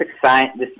science